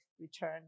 return